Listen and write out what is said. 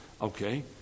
Okay